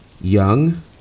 Young